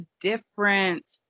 different